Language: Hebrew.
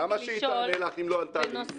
למה שהיא תענה לך אם היא לא ענתה לי?